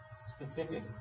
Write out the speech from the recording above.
Specific